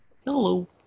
Hello